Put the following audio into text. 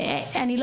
אני לא